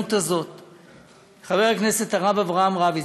בהזדמנות הזאת את חבר הכנסת הרב אברהם רביץ,